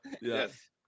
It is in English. Yes